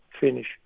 finish